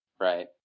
Right